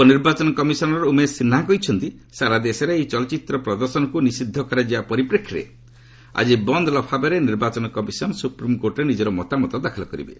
ଉପ ନିର୍ବାଚନ କମିଶନର ଉମେଶ ସିହ୍ନା କହିଛନ୍ତି ସାରା ଦେଶରେ ଏହି ଚଳଚ୍ଚିତ୍ର ପ୍ରଦର୍ଶନକୁ ନିଷିଦ୍ଧ କରାଯିବା ପରିପ୍ରେକ୍ଷୀରେ ଆଜି ବନ୍ଦ ଲଫାପାରେ ନିର୍ବାଚନ କମିଶନ୍ ସୁପ୍ରିମ୍କୋର୍ଟରେ ନିଜର ମତାମତ ଦାଖଲ କରିବେ